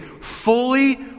fully